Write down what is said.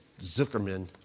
Zuckerman